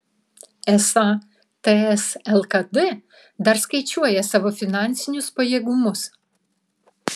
esą ts lkd dar skaičiuoja savo finansinius pajėgumus